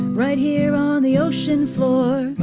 right here on the ocean floor!